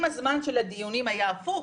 אם הזמן של הדיונים היה הפוך,